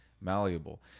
malleable